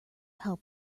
help